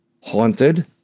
haunted